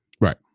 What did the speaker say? Right